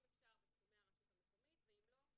אם אפשר בתחומי הרשות המקומית ואם לא,